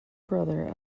brother